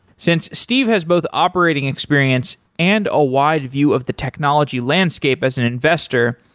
since steve has both operating experience and a wide view of the technology landscape as an investor,